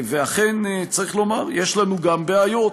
ואכן, צריך לומר, יש לנו גם בעיות.